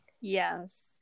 Yes